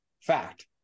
Fact